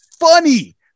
funny